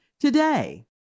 today